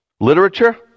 Literature